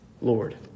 Lord